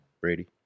Brady